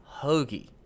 Hoagie